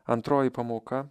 antroji pamoka